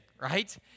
right